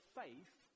faith